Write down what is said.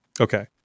Okay